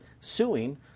suing